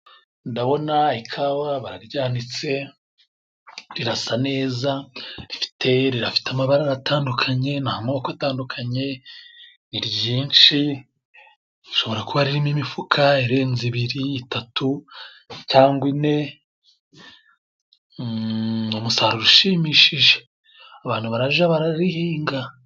Ndabona ikawa baryanitse rirasa neza, rifite amabara atandukanye, n'amoko atandukanye, ni ryinshi, rishobora kuba ririmo imifuka irenze ibiri, itatu, cyangwa ine, umusaruro ushimishije, abantu baraja bararihinga.